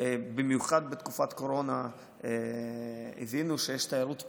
ובמיוחד בתקופת הקורונה הבינו שיש תיירות פנים,